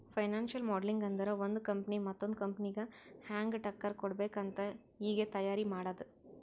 financial modelling ಅಂದುರ್ ಒಂದು company ಮತ್ತೊಂದ್ ಕಂಪನಿಗ ಹ್ಯಾಂಗ್ ಟಕ್ಕರ್ ಕೊಡ್ಬೇಕ್ ಅಂತ್ ಈಗೆ ತೈಯಾರಿ ಮಾಡದ್ದ್